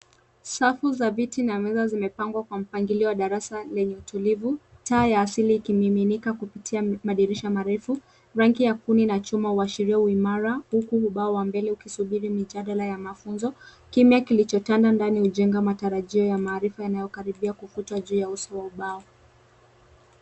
Safu za viti na meza zimepangwa kwa mpangilio wa darasa lenye utulivu. Taa ya asili ikimiminika kupitia madirisha marefu. Rangi ya kuni na chuma huashiria uimara na huku ubao wa mbele ukisubiri mijadala ya mafunzo. Kimya kilichotanda ndani hujenga matarajio ya maarifa yanayokaribia kufutwa juu ya uso wa ubao.